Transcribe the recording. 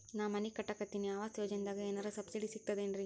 ನಾ ಮನಿ ಕಟಕತಿನಿ ಆವಾಸ್ ಯೋಜನದಾಗ ಏನರ ಸಬ್ಸಿಡಿ ಸಿಗ್ತದೇನ್ರಿ?